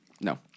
No